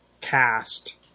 cast